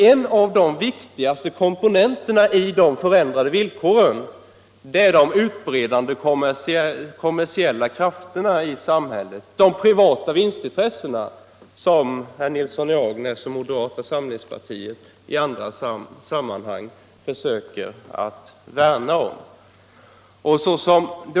En av de viktigaste komponenterna i de förändrade villkoren är de utbredda kommersiella krafterna i samhället, dvs. de privata vinstintressena, som herr Nilsson i Agnäs och moderata samlingspartiet i andra sammanhang försöker värna om.